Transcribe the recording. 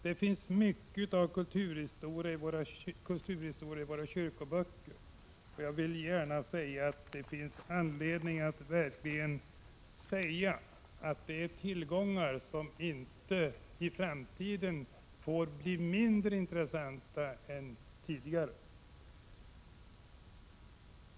Det finns mycket av kulturhistoria i våra kyrkoböcker, och det är verkligen anledning att understryka att det är tillgångar som inte i framtiden får bli mindre intressanta än tidigare.